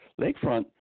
lakefront